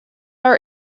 our